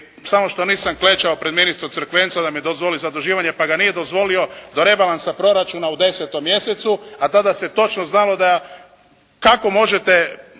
samo što nisam klečao pred ministrom Crkvencom da mi dozvoli zaduživanje pa ga nije dozvolio do rebalansa proračuna u 10. mjesecu, a tada se točno znalo kako možete